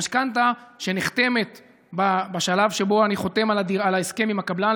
המשכנתה שנחתמת בשלב שבו אני חותם על ההסכם עם הקבלן,